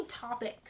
topics